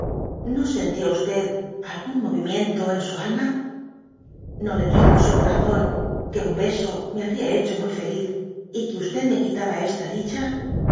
no sentía algún movimiento en su alma no le dijo su corazón que un beso me habria hecho muy feliz y que me quitaba esta dicha